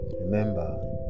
Remember